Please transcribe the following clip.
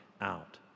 out